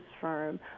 firm